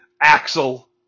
Axel